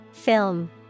Film